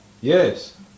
yes